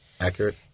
accurate